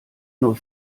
nur